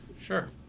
sure